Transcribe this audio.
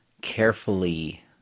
carefully